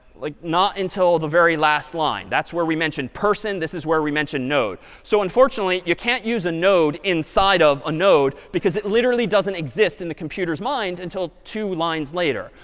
like not until the very last line. that's where we mentioned person. this is where we mentioned node. so, unfortunately, you can't use a node inside of a node, because it literally doesn't exist in the computer's mind until two lines later.